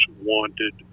wanted